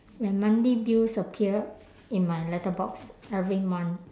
when monthly bills appear in my letterbox every month